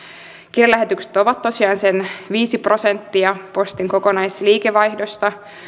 kirjelähetykset ovat tosiaan sen viisi prosenttia postin kokonaisliikevaihdosta